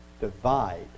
divide